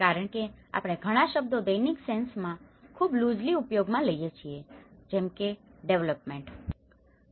કારણ કે આપણે ઘણા શબ્દો દૈનિક સેન્સમાં ખૂબ લુઝ્લી ઉપયોગમાં લઈએ છીએ જેમ કે ડેવલોપમેન્ટdevelopmentવિકાસ